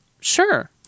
Sure